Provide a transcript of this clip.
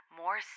more